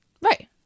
Right